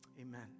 amen